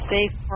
Safe